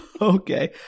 Okay